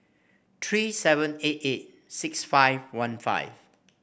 three seven eight eight six five one five